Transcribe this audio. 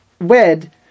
wed